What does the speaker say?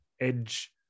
edge